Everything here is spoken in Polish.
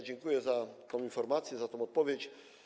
Dziękuję za tę informację, za tę odpowiedź.